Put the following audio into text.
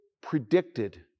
predicted